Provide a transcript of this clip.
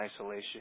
isolation